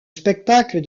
spectacle